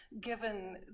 given